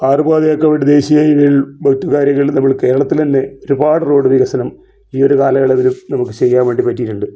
ആറ് പാത അക്കെ വിട് ദേശീയ ഹൈവേ മറ്റു കാര്യങ്ങൾ നമ്മുടെ കേരളത്തില് തന്നെ ഒരുപാട് റോഡ് വികസനം ഈ ഒര് കാലയളവില് നമുക്ക് ചെയ്യാൻ വേണ്ടി പറ്റിയിട്ടുണ്ട്